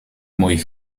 mooie